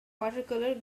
watercolor